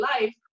life